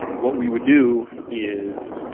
what we would do is